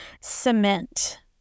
cement